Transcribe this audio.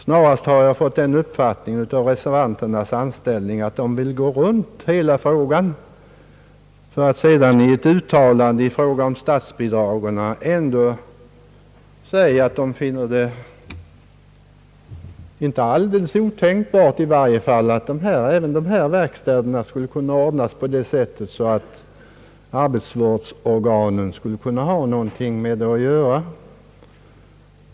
Snarast har jag fått den uppfattpingen av reservanternas framställning att de vill gå runt hela frågan för att sedan i ett uttalande om statsbidragen ändå säga, att de i varje fall inte finner det alldeles otänkbart att även dessa verkstäder skulle kunna ordnas så att arbetsvårdsorganen hade någonting med dem att göra.